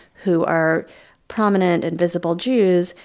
who are prominent and visible jews,